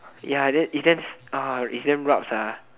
ya that it's damn ah it's damn rabz ah